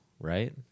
right